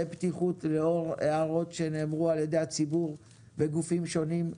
בפתיחות לאור הערות שנאמרו על ידי הציבור בגופים שונים.